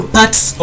parts